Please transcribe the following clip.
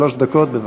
שלוש דקות, בבקשה.